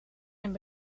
een